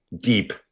deep